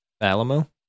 Alamo